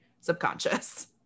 subconscious